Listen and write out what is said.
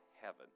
heaven